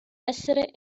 essere